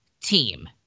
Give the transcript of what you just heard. team